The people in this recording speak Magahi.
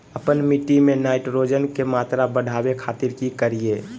आपन मिट्टी में नाइट्रोजन के मात्रा बढ़ावे खातिर की करिय?